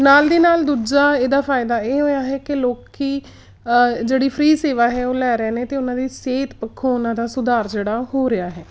ਨਾਲ ਦੀ ਨਾਲ ਦੂਜਾ ਇਹਦਾ ਫਾਇਦਾ ਇਹ ਹੋਇਆ ਹੈ ਕਿ ਲੋਕ ਜਿਹੜੀ ਫਰੀ ਸੇਵਾ ਹੈ ਉਹ ਲੈ ਰਹੇ ਨੇ ਅਤੇ ਉਹਨਾਂ ਦੀ ਸਿਹਤ ਪੱਖੋਂ ਉਹਨਾਂ ਦਾ ਸੁਧਾਰ ਜਿਹੜਾ ਉਹ ਹੋ ਰਿਹਾ ਹੈ